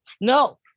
No